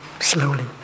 slowly